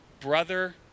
brother